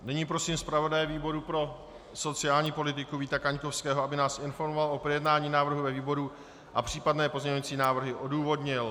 Nyní prosím zpravodaje výboru pro sociální politiku Víta Kaňkovského, aby nás informoval o projednání návrhu ve výboru a případné pozměňující návrhy odůvodnil.